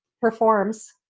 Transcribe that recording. performs